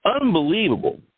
Unbelievable